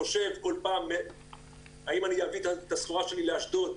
חושב כל פעם האם להביא את הסחורה שלי לאשדוד...